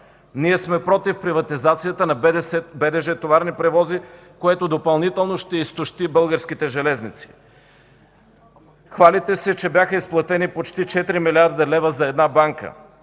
Ние сме против приватизацията на „БДЖ – Товарни превози”, което допълнително ще изтощи българските железници. Хвалите се, че бяха изплатени почти 4 млрд. лв. за една банка,